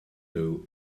nhw